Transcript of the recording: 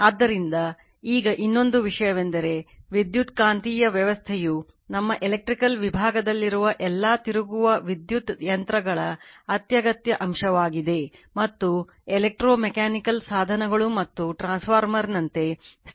ಆದ್ದರಿಂದ ಈಗ ಇನ್ನೊಂದು ವಿಷಯವೆಂದರೆ ವಿದ್ಯುತ್ಕಾಂತೀಯ ವ್ಯವಸ್ಥೆಯು ನಮ್ಮ ಎಲೆಕ್ಟ್ರಿಕಲ್ ವಿಭಾಗದಲ್ಲಿರುವ ಎಲ್ಲಾ ತಿರುಗುವ ವಿದ್ಯುತ್ ಯಂತ್ರಗಳ ಅತ್ಯಗತ್ಯ ಅಂಶವಾಗಿದೆ ಮತ್ತು ಎಲೆಕ್ಟ್ರೋ ಮೆಕ್ಯಾನಿಕಲ್ ಸಾಧನಗಳು ಮತ್ತು ಟ್ರಾನ್ಸ್ಫಾರ್ಮರ್ನಂತೆ ಸ್ಥಿರ ಸಾಧನಗಳು